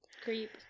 Creep